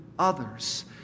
others